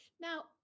Now